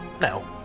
No